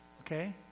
Okay